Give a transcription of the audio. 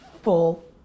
full